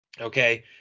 Okay